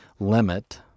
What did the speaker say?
Limit